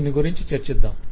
వీటిని గురించి చర్చిద్దాం